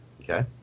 okay